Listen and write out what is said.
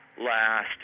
last